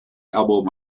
elbowed